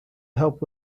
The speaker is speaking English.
help